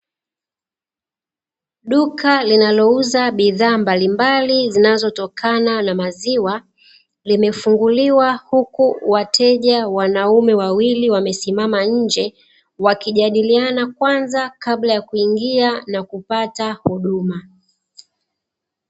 Duka linalouza bidhaa mbalimbali zinazotokana na maziwa limefunguliwa, huku wateja wanaume wawili wamesimama nje, wakijadiliana kwanza kabla ya kuingia na kupata huduma.